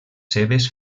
seves